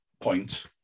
point